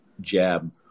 jab